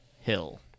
Hill